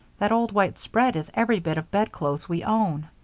that old white spread is every bit of bedclothes we own.